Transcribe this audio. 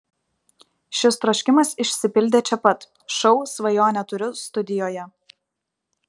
šis troškimas išsipildė čia pat šou svajonę turiu studijoje